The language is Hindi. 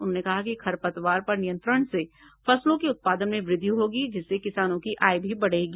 उन्होंने कहा कि खरपतवार पर नियंत्रण से फसलों के उत्पादन में वृद्धि होगी जिससे किसानों की आय भी बढ़ेगी